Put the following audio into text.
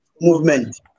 movement